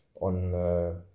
on